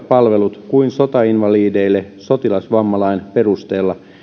palvelut kuin sotainvalideille sotilasvammalain perusteella